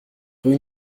rue